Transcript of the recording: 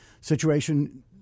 situation